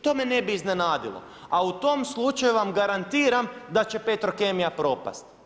To me ne bi iznenadilo, a u tom slučaju vam garantiram da će Petrokemija propasti.